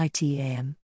ITAM